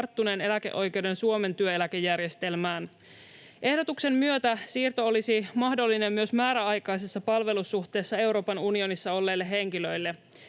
karttuneen eläkeoikeuden Suomen työeläkejärjestelmään. Ehdotuksen myötä siirto olisi mahdollinen myös määräaikaisessa palvelussuhteessa Euroopan unionissa olleille henkilöille.